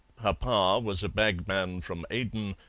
her pa was a bagman from aden,